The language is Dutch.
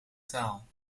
taal